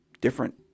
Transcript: different